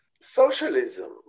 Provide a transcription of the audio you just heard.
socialism